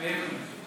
מתחייב אני